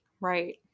Right